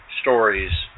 stories